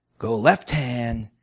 go left hand,